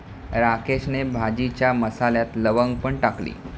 राकेशने भाजीच्या मसाल्यात लवंग पण टाकली